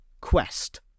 Quest